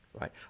right